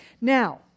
Now